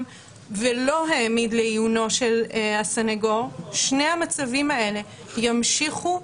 ולא העמיד לעיונו של הסנגור שני המצבים האלה ימשיכו